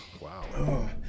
Wow